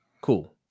Cool